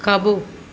खाॿो